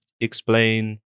explain